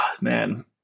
Man